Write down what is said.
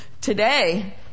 today